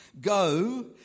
Go